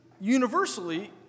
universally